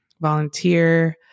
volunteer